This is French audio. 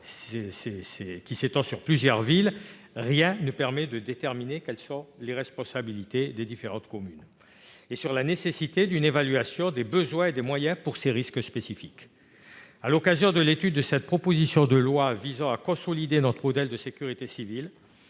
qui s'étend sur plusieurs villes, rien ne permet de déterminer quelles sont les responsabilités des différentes communes. Le travail en question pointait la nécessité d'une évaluation des besoins et des moyens pour ces risques spécifiques. À l'occasion de l'examen de cette proposition de loi visant à consolider notre modèle de sécurité civile,